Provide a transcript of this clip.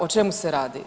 O čemu se radi?